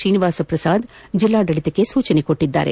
ಶ್ರೀನಿವಾಸಪ್ರಸಾದ್ ಜಿಲ್ಲಾಡಳಿತಕ್ಕೆ ಸೂಚಿಸಿದ್ದಾರೆ